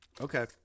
Okay